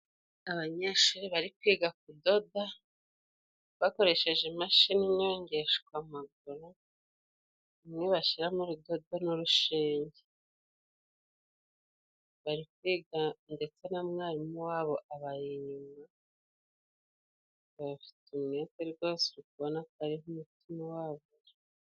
Abanyeshuri bari kwiga kudoda bakoresheje imashini inyongeshwa amaguru, imwe bashyiramo urudodo n'urushinge, bari kwiga ndetse na mwarimu wabo abari inyuma, bafite umwete rwose uri kubona ko ariho umutima wabo uri.